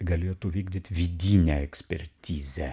galėtų vykdyt vidinę ekspertizę